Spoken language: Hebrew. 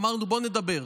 אמרנו: בוא נדבר,